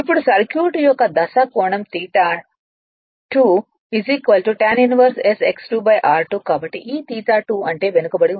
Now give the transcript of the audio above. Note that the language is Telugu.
ఇప్పుడు సర్క్యూట్ యొక్క దశ కోణం theta 2 tan 1 s X 2 r2 కాబట్టి ఈ తీటా 2 అంటే వెనుకబడి ఉంది